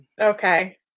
Okay